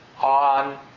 on